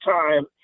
time